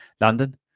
London